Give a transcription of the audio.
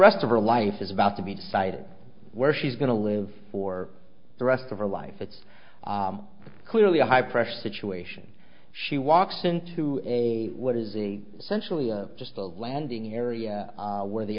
rest of her life is about to be decided where she's going to live for the rest of her life it's clearly a high pressure situation she walks into a what is a sensually or just a landing area where the